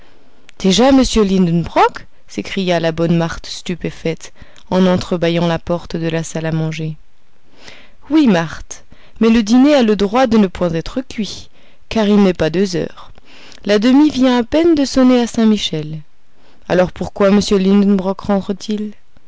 m lidonbrock s'écria la bonne marthe stupéfaite en entre-bâillant la porte de la salle à manger oui marthe mais le dîner a le droit de ne point être cuit car il n'est pas deux heures la demie vient à peine de sonner à saint-michel alors pourquoi